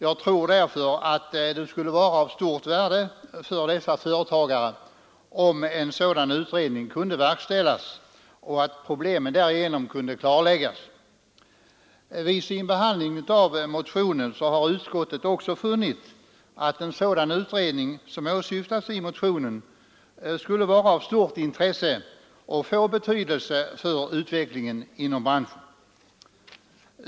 Jag tror därför att det skulle vara av stort värde för dessa företagare om en sådan utredning kunde verkställas och problemen därigenom kunde klarläggas. Vid sin behandling av motionen har utskottet funnit att en sådan utredning som åsyftas i motionen skulle vara av stort intresse och betydelse för utvecklingen inom branschen.